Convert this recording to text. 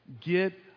get